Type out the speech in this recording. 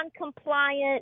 non-compliant